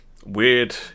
weird